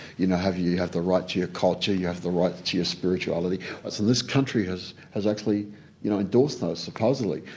you know you have the right to your culture, you have the right to your spirituality. so this country has has actually you know endorsed those supposedly.